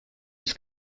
was